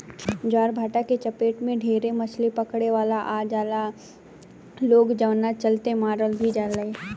ज्वारभाटा के चपेट में ढेरे मछली पकड़े वाला आ जाला लोग जवना चलते मार भी जाले